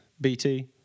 BT